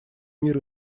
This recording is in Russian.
мир